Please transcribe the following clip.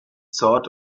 thought